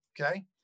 okay